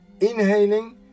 inhaling